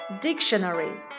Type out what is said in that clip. Dictionary